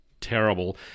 terrible